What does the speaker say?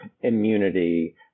immunity